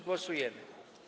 Głosujemy.